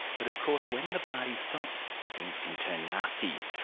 but of course when the party stops, things can turn nasty.